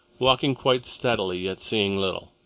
walking quite steadily yet seeing little.